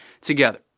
together